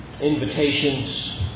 invitations